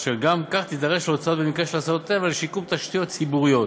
אשר גם כך תידרש להוצאות במקרה של אסונות טבע לשיקום תשתיות ציבוריות,